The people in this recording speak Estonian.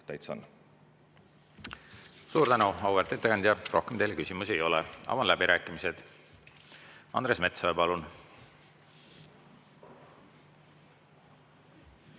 täitsa on. Suur tänu, auväärt ettekandja! Rohkem teile küsimusi ei ole. Avan läbirääkimised. Andres Metsoja, palun!